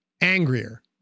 angrier